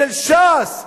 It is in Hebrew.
של ש"ס,